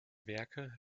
werke